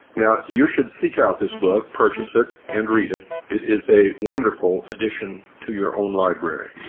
now, you should seek out this book, purchase it and read it. it is a wonderful edition to your own library,